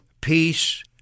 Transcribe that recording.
peace